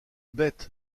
bête